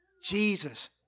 Jesus